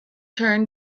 turn